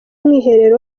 mwiherero